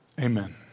Amen